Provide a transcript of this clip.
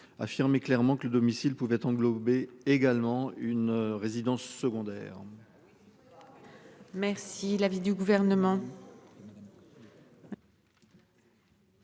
affirmer clairement que le domicile pouvait englober également une résidence secondaire. Merci. L'avis du gouvernement.